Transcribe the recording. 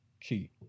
key